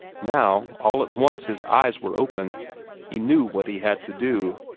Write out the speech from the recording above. now all at once his eyes were open he knew what he had to do.